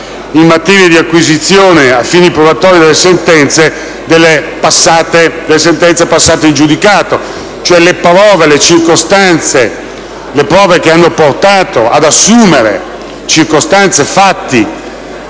in materia di acquisizione a fini probatori delle sentenze passate in giudicato, secondo cui le prove che hanno portato ad assumere circostanze e fatti